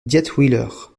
dietwiller